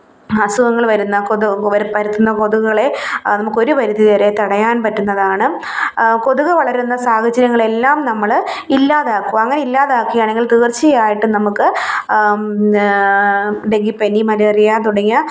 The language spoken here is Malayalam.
അസുഖങ്ങള് വരുന്ന കൊതു പരത്തുന്ന കൊതുകുകളെ നമുക്കൊരു പരിധിവരെ തടയാൻ പറ്റുന്നതാണ് കൊതുകു വളരുന്ന സാഹചര്യങ്ങളെല്ലാം നമ്മള് ഇല്ലാതാക്കുക അങ്ങനെ ഇല്ലാതാക്കയാണെങ്കിൽ തീർച്ചയായിട്ടും നമുക്ക് ഡെങ്കിപ്പനി മലേറിയ തുടങ്ങിയ ത